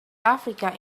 africa